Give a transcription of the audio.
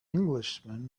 englishman